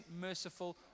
merciful